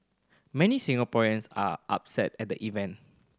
many Singaporeans are upset at the event